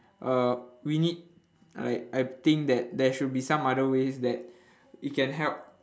uh we need like I think that there should be some other ways that it can help